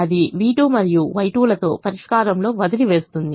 కాబట్టి అది v2 మరియు Y2 లతో పరిష్కారంలో వదిలివేస్తుంది